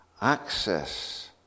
access